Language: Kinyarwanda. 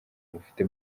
mufite